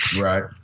right